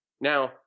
Now